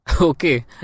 Okay